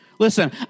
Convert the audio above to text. Listen